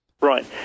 Right